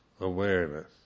awareness